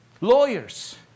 lawyers